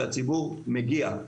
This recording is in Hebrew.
והציבור מגיע.